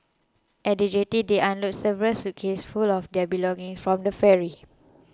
at the jetty they unload several suitcases full of their belongings from the ferry